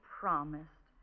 promised